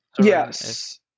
Yes